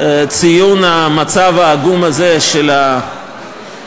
לציון המצב העגום הזה של יחסי